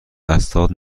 اسناد